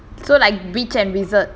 so like witch and wizards